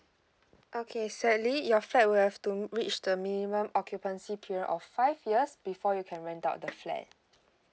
okay sadly your flat will have to reach the minimum occupancy period of five years before you can rent out the flat